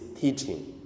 teaching